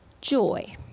joy